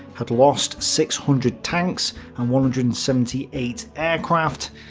had lost six hundred tanks and one hundred and seventy eight aircraft.